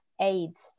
aids